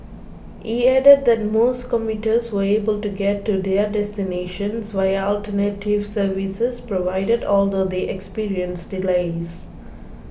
he added that most commuters were able to get to their destinations via alternative services provided although they experienced delays